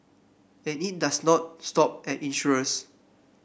and it does not stop at insurers